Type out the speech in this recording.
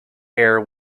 heir